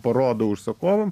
parodo užsakovam